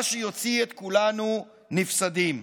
מה שיוציא את כולנו נפסדים.